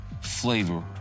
Flavor